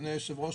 אדוני היושב-ראש,